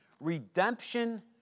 redemption